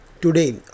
today